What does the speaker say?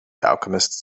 alchemist